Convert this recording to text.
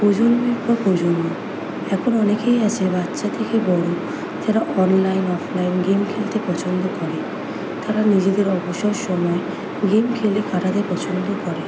প্রজন্মের পর প্রজন্ম এখন অনেকেই আছে বাচ্চা থেকে বড় যারা অনলাইন অফলাইন গেম খেলতে পছন্দ করে তারা নিজেদের অবসর সময় গেম খেলে কাটাতে পছন্দ করে